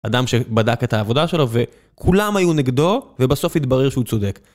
אדם שבדק את העבודה שלו וכולם היו נגדו ובסוף התברר שהוא צודק.